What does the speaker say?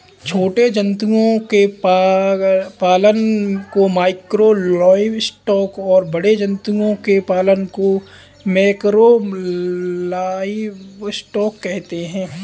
छोटे जंतुओं के पालन को माइक्रो लाइवस्टॉक और बड़े जंतुओं के पालन को मैकरो लाइवस्टॉक कहते है